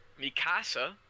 Mikasa